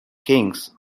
kings